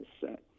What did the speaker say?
set